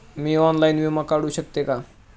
मी online विमा काढू शकते का?